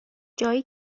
جایی